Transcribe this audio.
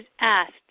asked